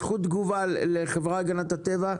זכות תגובה לחברה להגנת הטבע,